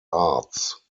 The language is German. arts